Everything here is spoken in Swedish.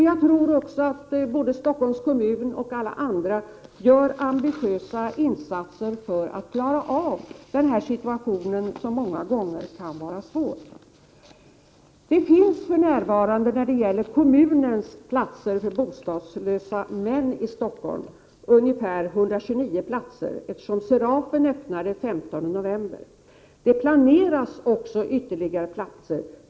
Jag tror också att Stockholms kommun och alla andra gör ambitiösa insatser för att klara den här situationen, som ofta kan vara svår. När det gäller antalet platser för bostadslösa män i Stockholm finns det för närvarande ungefär 129, eftersom Serafen öppnade den 25 november. Det planeras också ytterligare platser.